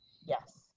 Yes